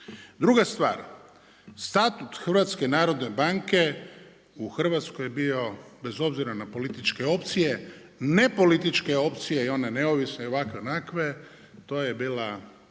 Druga stvar, statut HNB-a u Hrvatskoj je bio bez obzira na političke opcije nepolitičke opcije i one neovisne i ovakve, onakve, to je bila